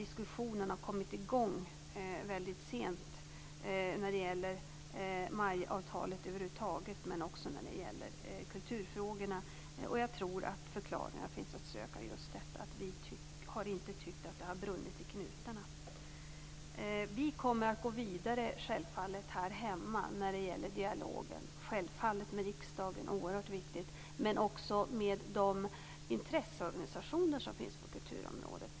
Diskussionen har kommit igång väldigt sent när det gäller MAI-avtalet över huvud taget men också när det gäller kulturfrågorna. Jag tror att förklaringen finns att söka i att vi inte har tyckt att det har brunnit i knutarna. Vi kommer självfallet att gå vidare här hemma med dialogen med riksdagen. Det är oerhört viktigt. Men vi kommer också att föra en dialog med de intresseorganisationer som finns på kulturområdet.